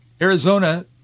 Arizona